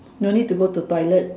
no need to go to toilet